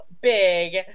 big